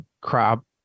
crop